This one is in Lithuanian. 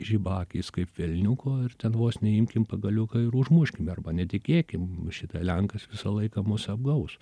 žiba akys kaip velniuko ir ten vos neimkim pagaliuką ir užmuškim arba netikėkim šita lenkas visą laiką mus apgaus